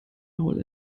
maul